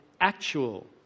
actual